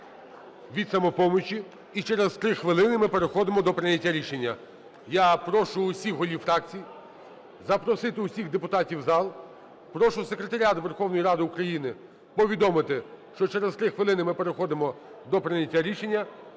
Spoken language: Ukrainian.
від "Самопомочі". І через 3 хвилини ми переходимо до прийняття рішення. Я прошу всіх голів фракцій запросити всіх депутатів у зал, прошу Секретаріат Верховної Ради України повідомити, що через 3 хвилини ми переходимо до прийняття рішення.